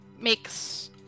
makes